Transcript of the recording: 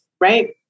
right